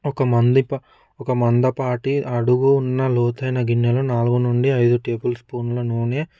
ఒక మంది పా ఒక మంద పాటి అడుగున్న లోతైన గిన్నెలు నాలుగు నుండి ఐదు టేబుల్ స్పూన్ల నూనె